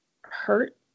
hurt